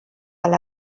alla